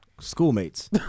schoolmates